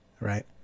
right